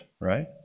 right